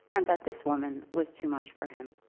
and that this woman was too much for him.